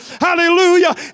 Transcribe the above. Hallelujah